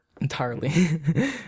entirely